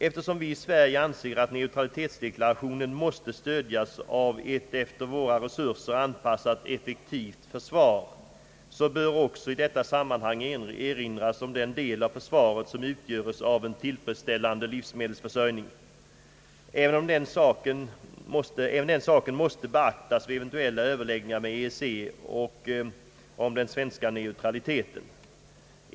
Eftersom vi i Sverige anser att neutralitetsdeklarationer måste stödjas av ett efter våra resurser anpassat effektivt försvar så bör också i detta sammanhang erinras om den del av försvaret som utgöres av en tillfredsställande livsmedelsförsörjning. även den saken måste beaktas vid eventuella överläggningar med EEC och om den svenska neutraliteten.